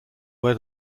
where